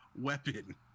weapon